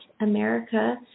America